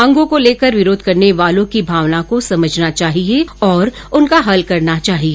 मांगों को लेकर विरोध करने वालों की भावना को समझना चाहिए और उनका हल करना चाहिए